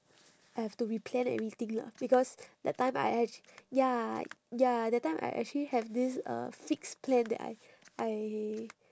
I have to replan everything lah because that time I actu~ ya ya that time I actually have this uh fixed plan that I I